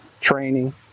training